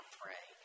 pray